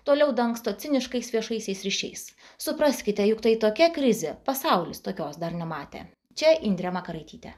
toliau dangsto ciniškais viešaisiais ryšiais supraskite juk tai tokia krizė pasaulis tokios dar nematė čia indrė makaraitytė